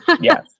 yes